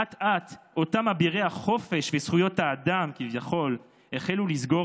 אט-אט אותם אבירי החופש וזכויות האדם כביכול החלו לסגור